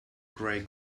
grey